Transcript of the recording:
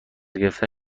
گرفتن